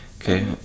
Okay